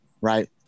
right